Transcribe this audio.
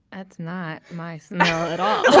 that's not my smell at all.